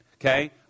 Okay